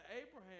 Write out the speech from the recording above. Abraham